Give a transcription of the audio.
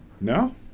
No